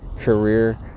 career